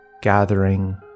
gathering